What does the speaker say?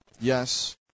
yes